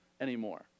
anymore